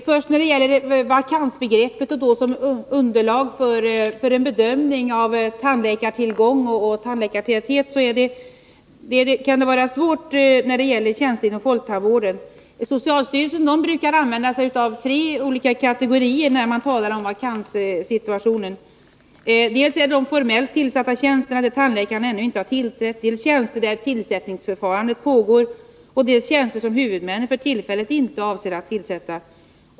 Herr talman! Vakansbegreppet som underlag för bedömning av tandläkartillgång och tandläkartäthet är över huvud taget svårt när det gäller tjänster inom folktandvården. Socialstyrelsen brukar använda sig av tre olika kategorier när man talar om vakanssituationen. Dels är det formellt tillsatta tjänster, där tandläkaren ännu inte tillträtt, dels tjänster där tillsättningsförfarandet pågår, dels tjänster som huvudmännen för tillfället inte avser att tillsätta.